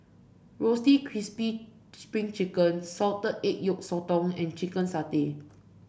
Roasted Crispy Spring Chicken Salted Egg Yolk Sotong and Chicken Satay